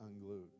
unglued